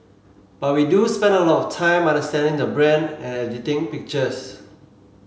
but we do spend a lot of time understanding the brand and editing pictures